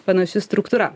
panaši struktūra